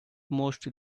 most